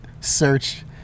search